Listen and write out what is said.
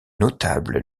notable